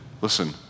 listen